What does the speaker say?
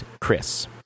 Chris